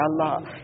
Allah